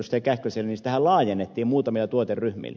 kähköselle sitä laajennettiin muutamin tuoteryhmin